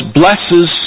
blesses